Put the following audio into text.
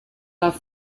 off